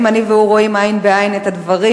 אני והוא רואים עין בעין את הדברים,